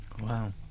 Wow